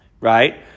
right